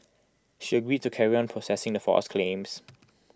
she agreed to carry on processing the false claims